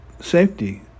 safety